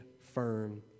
firm